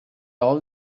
all